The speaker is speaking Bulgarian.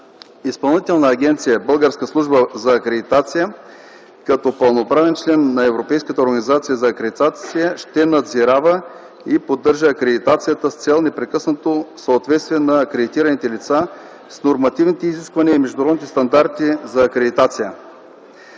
организация за акредитация ще надзирава и поддържа акредитацията с цел непрекъснато съответствие на акредитираните лица с нормативните изисквания и международните стандарти за акредитация.